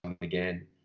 again